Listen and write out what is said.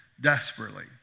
desperately